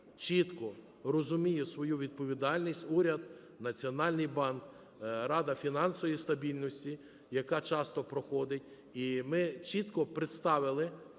чітко розуміє свою відповідальність: уряд, Національний банк, Рада фінансової стабільності, яка часто проходить, і ми чітко представили